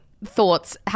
thoughts